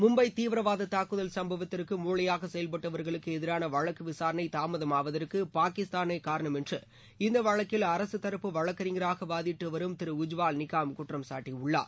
மும்பை தீவிரவாத தாக்குதல் சம்பவத்திற்கு மூளையாக செயல்பட்டவர்களுக்கு எதிரான வழக்கு விசாரணை தாமதமாவதற்கு பாகிஸ்தானே காரணம் என்று இந்த வழக்கில் அரசுத்தரப்பு வழக்கறிஞராக வாதிட்டுவரும் திரு உஜ்வால் நிகம் குற்றம்சாட்டியுள்ளார்